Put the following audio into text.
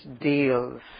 deals